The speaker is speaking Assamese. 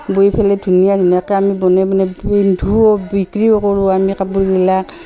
বই পেলাই ধুনীয়া ধুনীয়াকৈ আমি নবাই বনাই পিন্ধোঁও বিক্ৰীও কৰোঁ আমি কাপোৰবিলাক